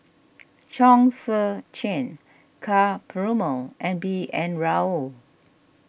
Chong Tze Chien Ka Perumal and B N Rao